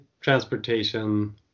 transportation